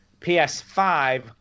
PS5